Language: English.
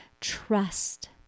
trust